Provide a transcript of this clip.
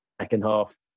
second-half